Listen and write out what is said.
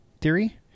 theory